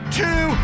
two